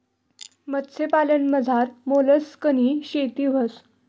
मत्स्यपालनमझार मोलस्कनी शेती व्हस